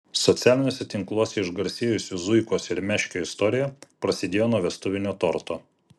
socialiniuose tinkluose išgarsėjusių zuikos ir meškio istorija prasidėjo nuo vestuvinio torto